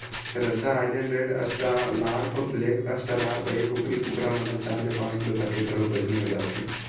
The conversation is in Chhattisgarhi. रद्दा island red, australorp, black australorp, ए कुकरी कुकरा मन ह चार ले पांच किलो तक के घलोक बजनी हो जाथे